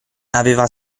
aveva